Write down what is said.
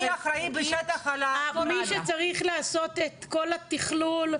מי אחראי בשטח על --- מי שצריך לעשות את כל התכלול,